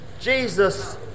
Jesus